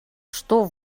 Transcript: что